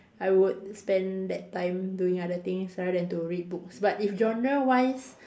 I would spend that time doing other things rather than to read books but if genre wise